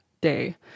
day